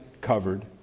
covered